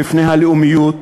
בפני הלאומיות,